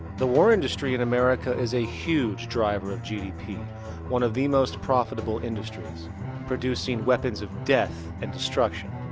the war industry in america is a huge driver of gdp one of the most profitable industries producing weapons of death and destruction.